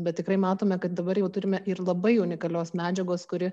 bet tikrai matome kad dabar jau turime ir labai unikalios medžiagos kuri